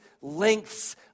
lengths